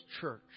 church